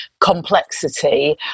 complexity